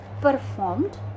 performed